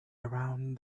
around